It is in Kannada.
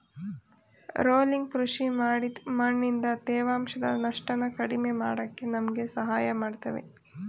ರೋಲಿಂಗ್ ಕೃಷಿ ಮಾಡಿದ್ ಮಣ್ಣಿಂದ ತೇವಾಂಶದ ನಷ್ಟನ ಕಡಿಮೆ ಮಾಡಕೆ ನಮ್ಗೆ ಸಹಾಯ ಮಾಡ್ತದೆ